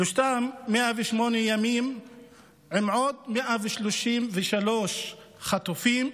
שלושתם 108 ימים עם עוד 133 חטופים,